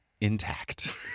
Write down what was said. intact